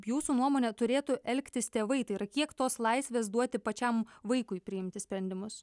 jūsų nuomone turėtų elgtis tėvai tai yra kiek tos laisvės duoti pačiam vaikui priimti sprendimus